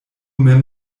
mem